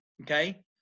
Okay